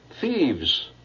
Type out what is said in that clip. Thieves